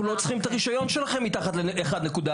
אנחנו לא צריכים את הרישיון שלכם מתחת ל-1.4,